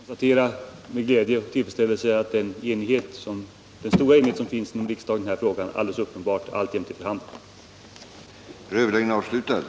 Herr talman! Jag vill med glädje och tillfredsställelse konstatera att den stora enighet som tidigare funnits inom riksdagen i den här frågan alldeles uppenbart alltjämt är rådande.